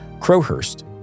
Crowhurst